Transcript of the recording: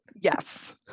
Yes